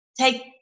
take